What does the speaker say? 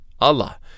Allah